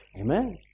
Amen